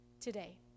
today